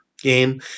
game